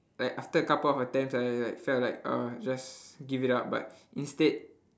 like after a couple of attempts I I like felt like uh just give it up but instead